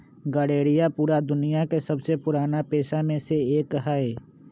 गरेड़िया पूरा दुनिया के सबसे पुराना पेशा में से एक हई